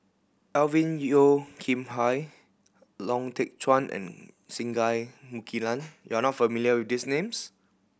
Alvin Yeo Khirn Hai Lau Teng Chuan and Singai Mukilan you are not familiar with these names